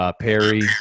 Perry